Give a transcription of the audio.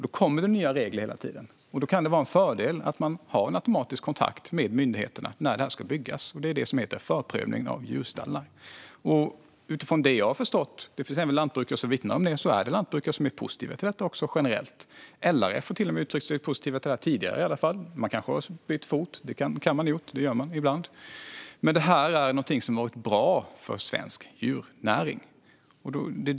Det kommer nya regler hela tiden, och då kan det vara en fördel att ha en automatisk kontakt med myndigheterna när det ska byggas. Det är detta som heter förprövning av djurstallar. Utifrån vad jag förstår - det finns lantbrukare som vittnar om detta - finns det lantbrukare som är positiva till det här generellt. Till och med LRF har uttryckt sig positivt om detta, i alla fall tidigare. De kanske har bytt fot - det gör man ibland. Detta är något som har varit bra för svensk djurnäring.